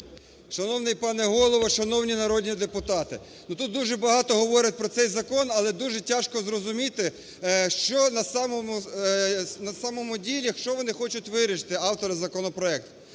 Шановний пане Голово, шановні народні депутати! Ну, тут дуже багато говорять про цей закон, але дуже тяжко зрозуміти, що на самому ділі, що вони хочуть вирішити, автори законопроекту.